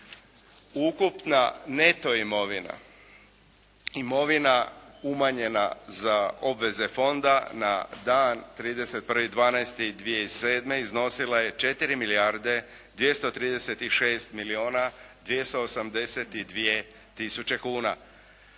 Ukupna neto imovina, imovina umanjena za obveze Fonda na dan 31. 12. 2007. iznosila je 4 milijarde 236 milijuna 282 tisuće kuna.